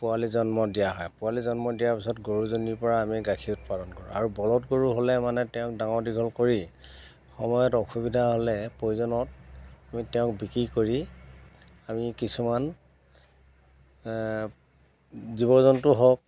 পোৱালি জন্ম দিয়া হয় পোৱালি জন্ম দিয়াৰ পিছত গৰুজনীৰ পৰা আমি গাখীৰ উৎপাদন কৰোঁ আৰু বলধ গৰু হ'লে মানে তেওঁক ডাঙৰ দীঘল কৰি সময়ত অসুবিধা হ'লে প্ৰয়োজনত আমি তেওঁক বিক্ৰী কৰি আমি কিছুমান জীৱ জন্তু হওক